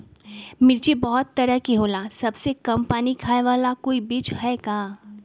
मिर्ची बहुत तरह के होला सबसे कम पानी खाए वाला कोई बीज है का?